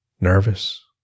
nervous